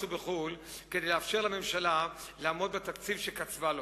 ובחו"ל כדי לאפשר לממשלה לעמוד בתקציב שקצבה לו.